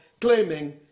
claiming